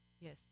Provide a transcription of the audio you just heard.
Yes